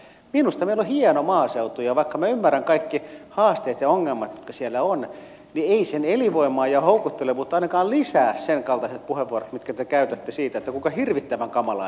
minusta meillä on hieno maaseutu ja vaikka minä ymmärrän kaikki haasteet ja ongelmat jotka siellä ovat niin ei sen elinvoimaa ja houkuttelevuutta ainakaan lisää senkaltaiset puheenvuorot mitä te käytätte siitä kuinka hirvittävän kamalaa siellä on asua